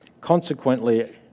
Consequently